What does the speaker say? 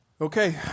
Okay